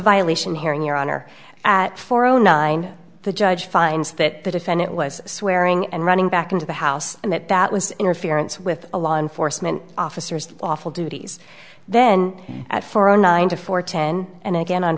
violation hearing your honor at four o nine the judge finds that the defendant was swearing and running back into the house and that that was interference with a law enforcement officers awful duties then at four o nine to four ten and again on